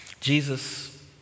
Jesus